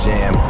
Jam